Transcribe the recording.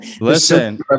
Listen